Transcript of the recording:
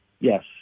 Yes